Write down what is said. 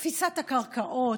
בתפיסת הקרקעות,